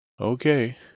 Okay